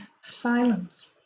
silence